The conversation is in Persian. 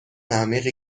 عمیقی